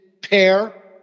pair